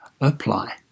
apply